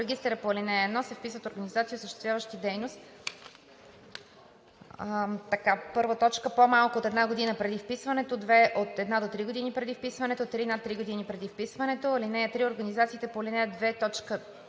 регистъра по ал. 1 се вписват организации, осъществяващи дейност: 1. по-малко от една година преди вписването; 2. от една до три години преди вписването; 3. над три години преди вписването. (3) Организациите по ал. 2,